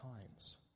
times